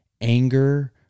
anger